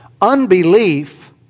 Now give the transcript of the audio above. Unbelief